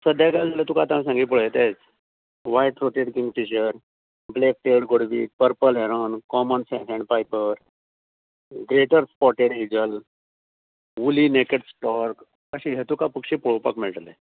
सद्याक तुकां आतां हांव सांगी पळय तेंच white throated kingfisher black tailed godwit purple heron common sandpiper greater spotted eagle woolly necked stork अशें हें तुकां पक्षी पोळोवपाक मेळटलें